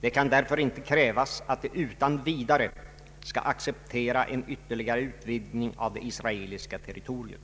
Det kan därför inte krävas att de utan vidare skall acceptera en ytterligare utvidgning av det israeliska territoriet.